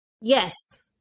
Yes